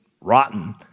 rotten